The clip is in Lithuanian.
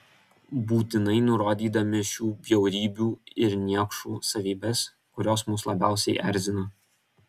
būtinai nurodydami šių bjaurybių ir niekšų savybes kurios mus labiausiai erzina